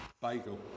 bagel